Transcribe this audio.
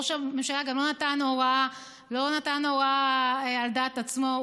ראש הממשלה גם לא נתן הוראה על דעת עצמו.